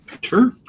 Sure